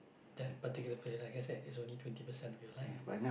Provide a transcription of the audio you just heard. that particular period like I said is only twenty percent of your life